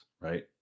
right